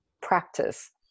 practice